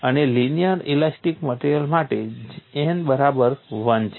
અને linear elastic material માટે n બરાબર 1 છે